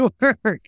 work